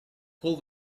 pull